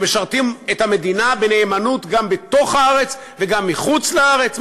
שמשרתים את המדינה בנאמנות גם בתוך הארץ וגם מחוץ לארץ?